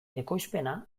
ekoizpena